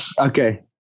Okay